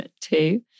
two